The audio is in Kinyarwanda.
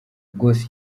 rwose